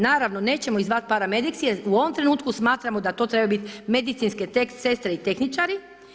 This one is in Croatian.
Naravno, nećemo ih zvat paramediks jer u ovom trenutku smatramo da to trebaju biti medicinske sestre i tehničari.